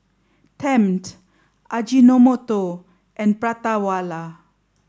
Tempt Ajinomoto and Prata Wala